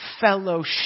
fellowship